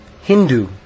Hindu